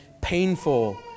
painful